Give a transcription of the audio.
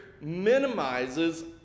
minimizes